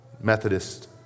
Methodist